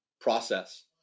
process